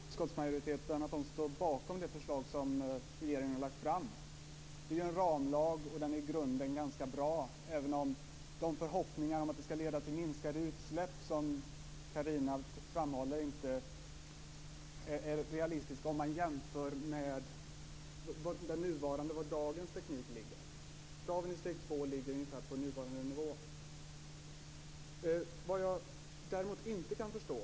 Fru talman! Jag kan i viss mån förstå att utskottsmajoriteten står bakom det förslag som regeringen har lagt fram. Det rör sig om en ramlag, och den är i grunden ganska bra, även om förhoppningarna om att den skall leda till mindre utsläpp inte är - som Carina Ohlsson framhåller - realistiska, om man jämför med dagens teknik. Kraven i steg 2 ligger ungefär på nuvarande nivå.